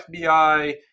FBI